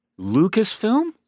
Lucasfilm